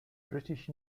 british